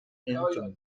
entzun